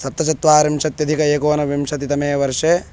सप्तचत्वारिंशत्यधिक एकोनविंशतितमे वर्षे